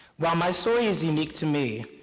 while my story is unique to me,